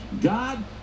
God